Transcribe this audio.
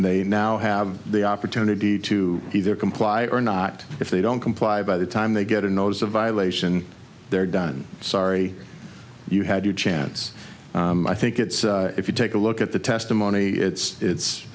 they now have the opportunity to either comply or not if they don't comply by the time they get a notice a violation they're done sorry you had your chance i think it's if you take a look at the testimony it's